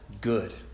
good